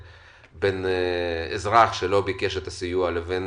אם מדובר